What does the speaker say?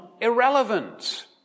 irrelevant